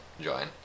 join